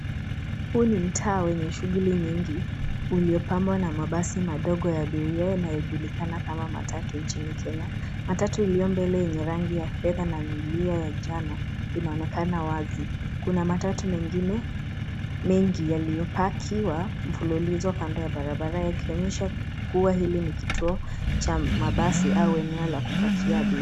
Huu ni mtaa wenye shughuli nyingi, uliopambwa na mabasi madogo ya abiria inayojulikana kama matatu nchini Kenya. Matatu iliyo mbele lenye rangi ya fedha na milia ya njano, linaonekana wazi. Kuna matatu mengine mengi yaliyopakiwa mfululizo kando ya barabara, yakionyesha kuwa hili ni kituo cha mabasi au eneo la kupakia abiria.